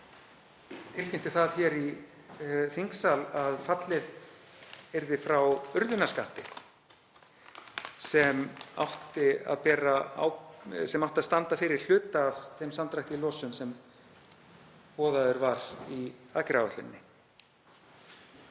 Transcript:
tilkynnti það hér í þingsal að fallið yrði frá urðunarskatti sem átti að standa fyrir hluta af þeim samdrætti í losun sem boðaður var í aðgerðaáætluninni.